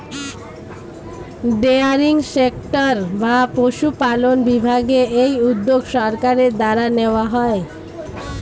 dairy sector বা পশুপালন বিভাগে এই উদ্যোগ সরকারের দ্বারা নেওয়া হয়